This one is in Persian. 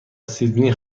سیدنی